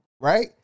Right